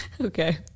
Okay